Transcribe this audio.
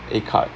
a card